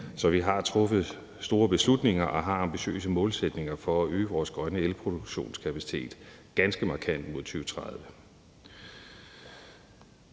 så vi har truffet store beslutninger og har ambitiøse målsætninger for at øge vores grønne elproduktionskapacitet ganske markant mod 2030.